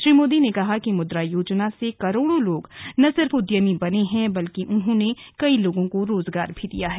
श्री मोदी ने कहा कि मुद्रा योजना से करोड़ों लोग न सिर्फ उद्यमी बने हैं बल्कि उन्होंने कई लोगों को रोजगार भी प्रदान किये हैं